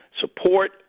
support